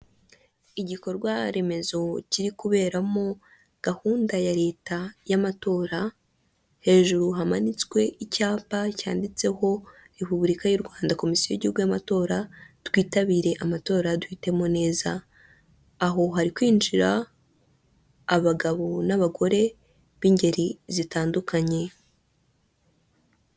Igikorwaremezo kiri kuberamo gahunda ya leta y'amatora, hejuru hamanitswe icyapa cyanditseho repubulika y'u Rwanda komisi y'igihugu y'amatora twitabirire amatora duhitemo neza, aho hari kwinjira abagabo n'abagore b'ingeri zitandukanye.